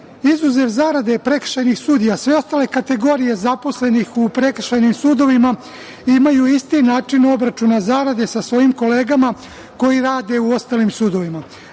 zarade prekršajnih sudija, sve ostale kategorije zaposlenih u prekršajnim sudovima imaju isti način obračuna zarade sa svojim kolegama koje rade u ostalim sudovima.